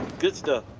good stuff.